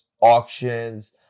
auctions